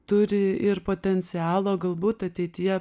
turi ir potencialo galbūt ateityje